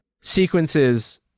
sequences